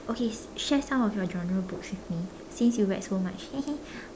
okay share some of your genre books with me since you read so much